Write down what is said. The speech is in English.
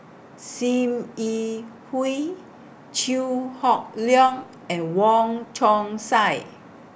SIM Yi Hui Chew Hock Leong and Wong Chong Sai